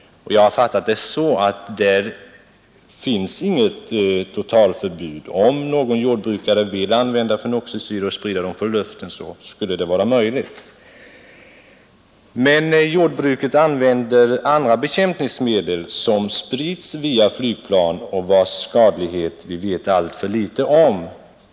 Jag har fattat det så att där finns inget totalförbud. Om någon jordbrukare vill använda fenoxisyror och sprida dem från luften, så skulle det vara möjligt. Men jordbruket använder andra bekämpningsmedel som sprids via flygplan och vilkas skadlighet vi vet alltför litet om.